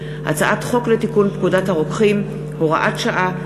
הצעת חוק לתיקון פקודת הרוקחים (הוראת שעה),